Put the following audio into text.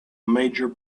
major